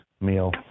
meal